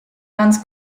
ganz